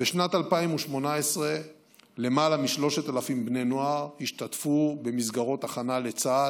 בשנת 2018 למעלה מ-3,000 בני נוער השתתפו במסגרות הכנה לצה"ל,